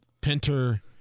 Pinter